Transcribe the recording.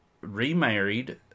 remarried